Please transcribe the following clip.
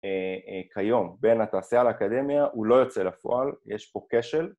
‫כיום בין התעשייה לאקדמיה, ‫הוא לא יוצא לפועל, יש פה כשל.